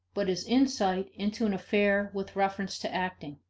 but is insight into an affair with reference to acting.